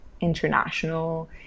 international